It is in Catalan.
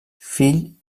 fill